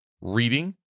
Reading